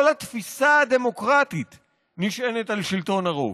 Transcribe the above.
כל התפיסה הדמוקרטית נשענת על שלטון הרוב.